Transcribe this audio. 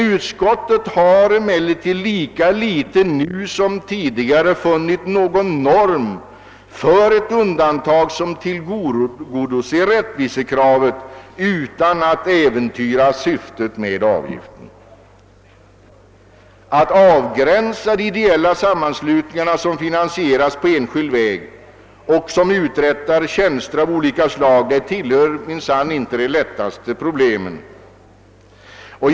Utskottet har emellertid lika litet nu som tidigare funnit någon norm för ett undantag som tillgodoser rättvisekravet utan att äventyra syftet med avgiften. Att avgränsa de ideella sammanslutningarna, som finansieras på enskild väg och som uträttar tjänster av olika slag, tillbör minsann inte de lättaste uppgifterna.